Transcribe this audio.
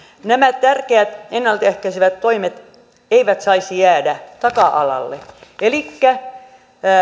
nämä tärkeät ennalta ehkäisevät toimet eivät saisi jäädä taka alalle elikkä